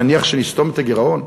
נניח שנסתום את הגירעון,